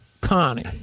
Connie